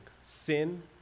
sin